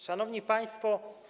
Szanowni Państwo!